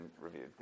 reviewed